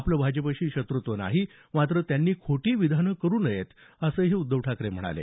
आपलं भाजपशी शत्रत्त्व नाही मात्र त्यांनी खोटी विधानं करू नयेत असंही उद्धव ठाकरे म्हणाले